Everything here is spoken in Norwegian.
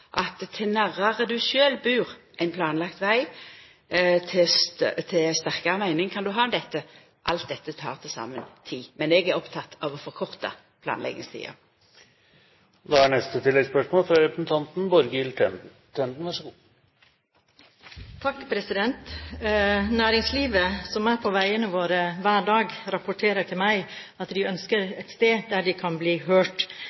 at jo nærmare du sjølv bur ein planlagd veg, jo sterkare meining kan du ha om dette. Alt dette tek til saman tid. Men eg er oppteken av å forkorta planleggingstida. Borghild Tenden – til oppfølgingsspørsmål. Næringslivet som er på veiene våre hver dag, rapporterer til meg at de ønsker et sted der de kan bli hørt.